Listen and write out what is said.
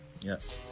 Yes